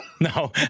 No